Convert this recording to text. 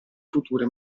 future